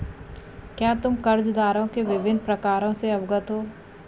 क्या तुम कर्जदारों के विभिन्न प्रकारों से अवगत हो?